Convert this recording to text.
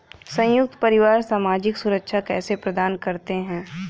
संयुक्त परिवार सामाजिक सुरक्षा कैसे प्रदान करते हैं?